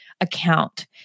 Account